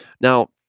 Now